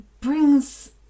brings